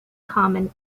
common